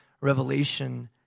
Revelation